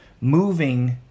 moving